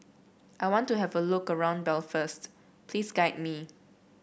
I want to have a look around Belfast please guide me